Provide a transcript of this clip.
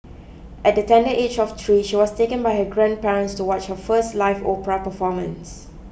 at the tender age of three she was taken by her grandparents to watch her first live opera performance